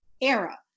era